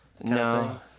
No